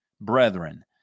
brethren